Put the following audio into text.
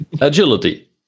Agility